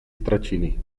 stracili